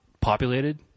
populated